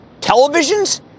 televisions